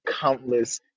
countless